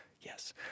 Yes